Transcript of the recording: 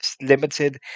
limited